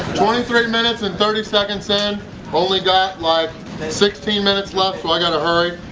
twenty three minutes in thirty seconds in only got like sixteen minutes left so i got to hurry!